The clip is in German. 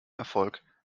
erfolg